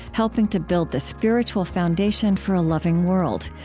helping to build the spiritual foundation for a loving world.